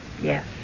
Yes